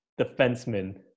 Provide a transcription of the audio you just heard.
defenseman